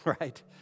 Right